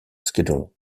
schedule